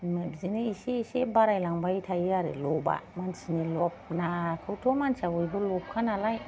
बिदिनो एसे एसे बारायलांबाय थायो आरो लबआ मानसिनि लब नाखौथ मानसिया बयबो लबखानालाय